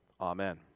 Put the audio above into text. Amen